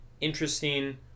interesting